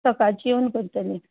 सकाळचीं येवन करतलीं